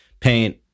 paint